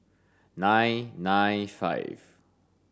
nine nine five